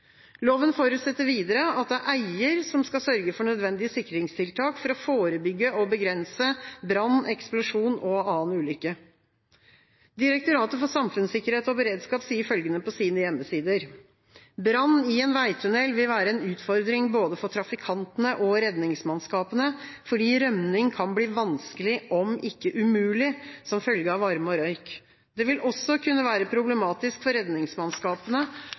Loven forutsetter videre at det er eier som skal sørge for nødvendige sikringstiltak for å forebygge og begrense brann, eksplosjon og annen ulykke. Direktoratet for samfunnssikkerhet og beredskap sier følgende på sine hjemmesider: «Brann i ein vegtunnel vil vera ei utfordring både for dei vegfarande og for redningsmannskapa, fordi rømming kan bli vanskeleg, om ikkje umulig, som følge av varme og røyk. Det vil også kunne vera problematisk for